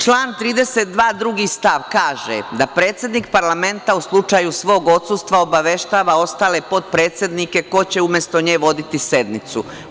Član 32. stav 2. kaže da predsednik parlamenta u slučaju svog odsustva obaveštava ostale potpredsednike ko će umesto nje voditi sednicu.